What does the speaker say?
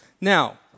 Now